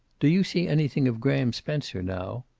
do you see anything of graham spencer now?